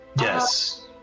Yes